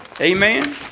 Amen